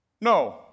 No